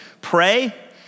pray